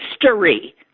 history